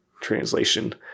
translation